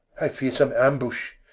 i fear some ambush.